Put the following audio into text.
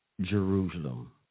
Jerusalem